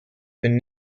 been